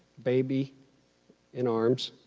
baby in arms.